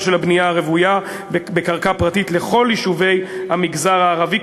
של הבנייה הרוויה בקרקע פרטית לכל יישובי המגזר הערבי,